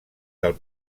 del